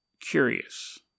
Curious